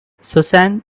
susan